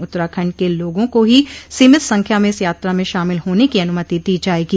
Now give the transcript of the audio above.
उत्तराखंड के लोगों को ही सीमित संख्या में इस यात्रा में शामिल होने की अनुमति दी जाएगी